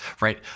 right